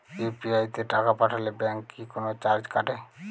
UPI তে টাকা পাঠালে ব্যাংক কি কোনো চার্জ কাটে?